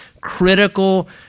critical